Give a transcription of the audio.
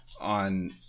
on